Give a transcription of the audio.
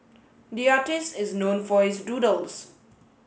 the artist is known for his doodles